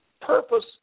purpose